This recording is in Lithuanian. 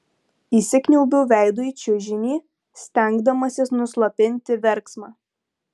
įsikniaubiau veidu į čiužinį stengdamasis nuslopinti verksmą